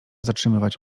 zatrzymywać